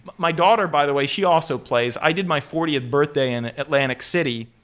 my daughter, by the way, she also plays. i did my fortieth birthday in atlantic city.